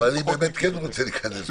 אבל אני באמת כן רוצה להיכנס.